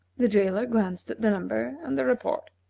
the jailer glanced at the number, and the report.